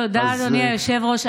תודה, אדוני היושב-ראש.